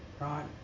right